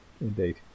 indeed